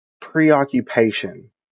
preoccupation